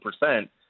percent